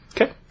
okay